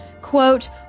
quote